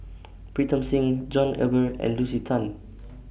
Pritam Singh John Eber and Lucy Tan